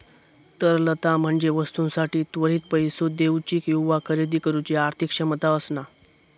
तरलता म्हणजे वस्तूंसाठी त्वरित पैसो देउची किंवा खरेदी करुची आर्थिक क्षमता असणा